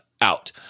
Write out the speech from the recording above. out